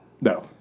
No